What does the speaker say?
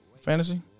fantasy